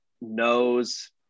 knows